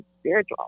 spiritual